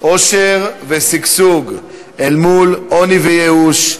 עושר ושגשוג אל מול עוני וייאוש,